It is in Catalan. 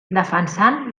defensant